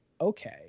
okay